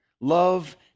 Love